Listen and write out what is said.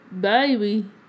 baby